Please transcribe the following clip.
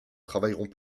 travailleront